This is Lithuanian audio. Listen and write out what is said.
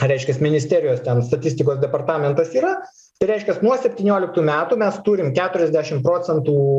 reiškias ministerijos ten statistikos departamentas yra tai reiškias nuo septynioliktų metų mes turim keturiasdešim procentų